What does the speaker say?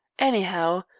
anyhow,